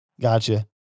Gotcha